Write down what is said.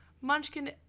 Munchkin